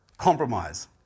compromise